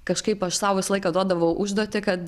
kažkaip aš sau visą laiką duodavau užduotį kad